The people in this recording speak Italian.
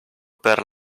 per